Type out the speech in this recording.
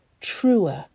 truer